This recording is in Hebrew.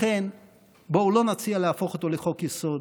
לכן בואו לא נציע להפוך אותו לחוק-יסוד,